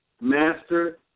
Master